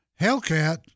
Hellcat